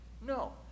No